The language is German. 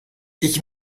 ich